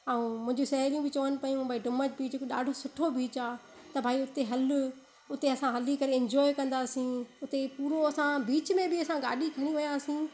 ऐं मुंहिंजी साहेड़ियूं बि चवनि पियूं भाई डूमस बीच हिकु ॾाढो सुठो बीच आहे त भाई हुते हल उते असां हली करे इंजॉय कंदासीं उते पूरो असां बीच में असां गाॾी खणी वियासीं